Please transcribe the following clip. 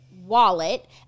wallet